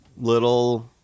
little